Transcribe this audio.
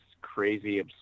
crazy